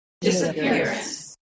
Disappearance